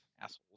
assholes